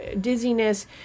dizziness